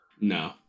No